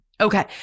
okay